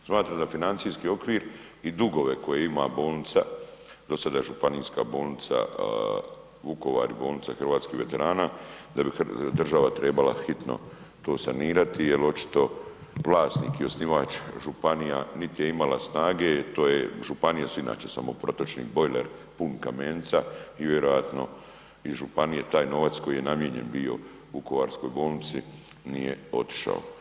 Smatram da financijski okvir i dugove koje ima bolnica, dosada Županijska bolnica Vukovar i bolnica hrvatskih veterana da bi država trebala hitno to sanirati jer očito vlasnik i osnivač, županija niti je imala snage, to je, županije si i inače samo protočni bojler pun kamenca i vjerojatno i županije taj novac koji je namijenjen bio vukovarskoj bolnici nije otišao.